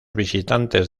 visitantes